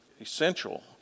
essential